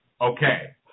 Okay